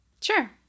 Sure